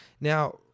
now